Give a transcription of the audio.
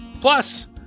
plus